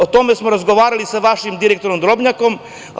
O tome smo razgovarali sa vašim direktorom Drobnjakom.